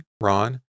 Ron